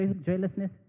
joylessness